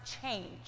change